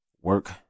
work